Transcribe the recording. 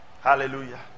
Hallelujah